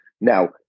Now